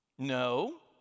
no